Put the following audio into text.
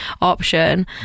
option